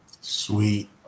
sweet